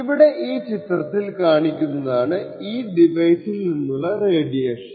ഇവിടെ ഈ ചിത്രത്തിൽ കാണിക്കുന്നതാണ് ഈ ഡിവൈസിൽ നിന്നുള്ള റേഡിയേഷൻ